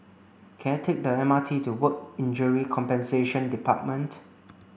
can I take the M R T to Work Injury Compensation Department